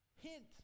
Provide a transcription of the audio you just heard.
hint